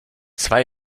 zwei